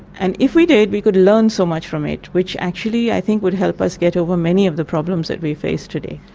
and if we did, we could learn so much from it, which actually i think would help us get over many of the problems that we face today.